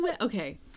okay